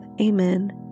amen